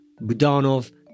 Budanov